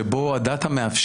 שבו המידע מאפשר,